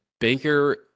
Baker